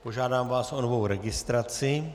Požádám vás o novou registraci.